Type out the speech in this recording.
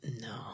No